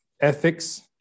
ethics